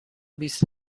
بیست